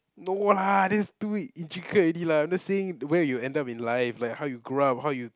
no lah that's too intricate already lah I'm just saying where you end up in life like how you grew up how you